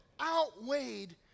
outweighed